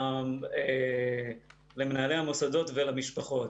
למנהלי המוסדות ולמשפחות.